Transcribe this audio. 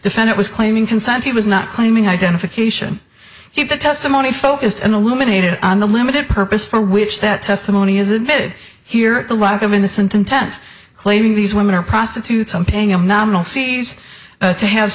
defend it was claiming consent he was not claiming identification he had the testimony focused and illuminated on the limited purpose for which that testimony is admitted here the lack of innocent intent claiming these women are prostitutes and paying a nominal fees to have